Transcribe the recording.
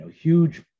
huge